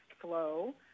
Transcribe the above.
flow